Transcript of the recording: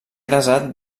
casat